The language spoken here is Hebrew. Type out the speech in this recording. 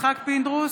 יצחק פינדרוס,